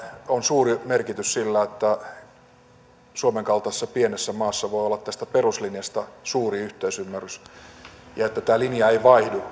on suuri merkitys sillä että suomen kaltaisessa pienessä maassa voi olla tästä peruslinjasta suuri yhteisymmärrys ja että tämä linja ei vaihdu